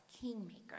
kingmaker